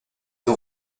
ont